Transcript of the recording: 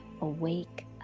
awake